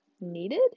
needed